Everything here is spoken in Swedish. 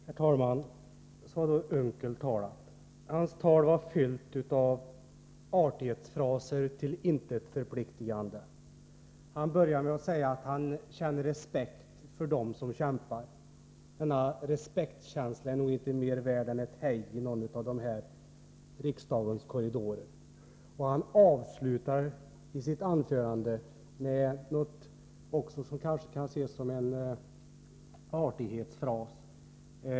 Herr talman! Så har då Per Unckel talat. Hans tal var fyllt av artighetsfraser, till intet förpliktande. Han börjar med att säga att han känner respekt för dem som kämpar. Denna respektkänsla är nog inte mer värd än ett hej i någon av riksdagens korridorer. Och han avslutar sitt anförande med något som kanske också kan ses som en artighetsfras.